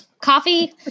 Coffee